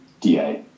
da